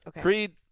Creed